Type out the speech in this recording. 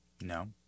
No